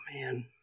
man